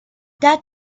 that